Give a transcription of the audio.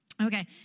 Okay